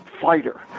fighter